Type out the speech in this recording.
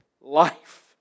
life